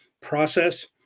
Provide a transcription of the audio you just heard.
process